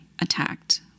attacked